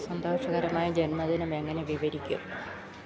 സന്തോഷകരമായ ജന്മദിനം എങ്ങനെ വിവരിക്കും